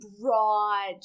broad